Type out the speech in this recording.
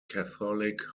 catholic